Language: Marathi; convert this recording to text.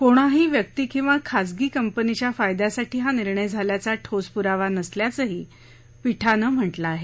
कोणाही व्यक्ती किंवा खाजगी कंपनीच्या फायदयासाठी हा निर्णय झाल्याचा ठोस पुरावा नसल्याचंही पीठानं म्हटलं आहे